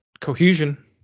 cohesion